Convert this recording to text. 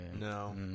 No